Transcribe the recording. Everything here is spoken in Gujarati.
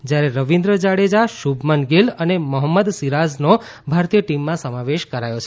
જ્યારે રવિન્દ્ર જાડેજા શુભમન ગિલ અને મોહમ્મદ સિરાઝનો ભારતીય ટીમમાં સમાવેશ કરાયો છે